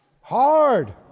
Hard